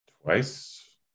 Twice